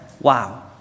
Wow